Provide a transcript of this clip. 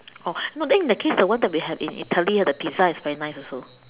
oh no then in that case the one that we had in Italy the Pizza is very nice also